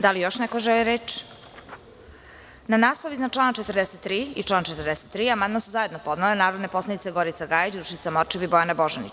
Da li još neko želi reč? (Ne) Na naslov iznad člana 43. i član 43. amandman su zajedno podnele narodne poslanice Gorica Gajić, Dušica Morčev i Bojana Božanić.